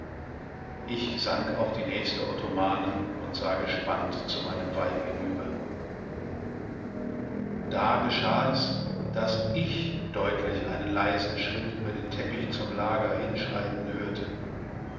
ich sank auf die nächste ottomane und sah gespannt zu meinem weib hinüber da geschah es daß ich deutlich einen leisen schritt über den teppich zum lager hinschreiten hörte